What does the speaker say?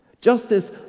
Justice